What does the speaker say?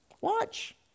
Watch